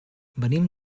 venim